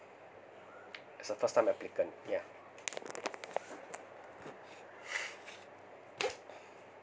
is the first time applicant yeah